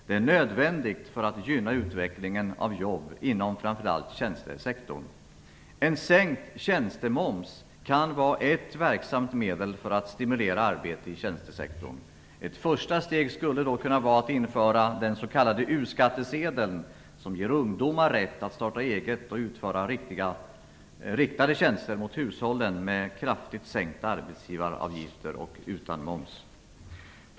Det är nödvändigt för att gynna utvecklingen av jobb inom framför allt tjänstesektorn. En sänkt tjänstemoms kan vara ett verksamt medel för att stimulera arbete i tjänstesektorn. Ett första steg skulle kunna vara ett införande av en s.k. U-skattsedel som ger ungdomar rätt att starta eget och utföra tjänster riktade mot hushållen med kraftigt sänkta arbetsgivaravgifter och utan moms.